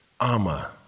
Ama